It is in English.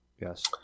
Yes